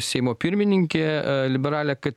seimo pirmininkė liberalė kad